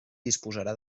disposarà